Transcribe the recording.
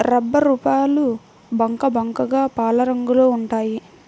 రబ్బరుపాలు బంకబంకగా పాలరంగులో ఉంటాయి